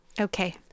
Okay